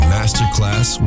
Masterclass